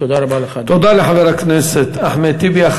תודה לחבר הכנסת אחמד טיבי.